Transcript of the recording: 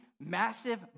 massive